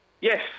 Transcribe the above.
Yes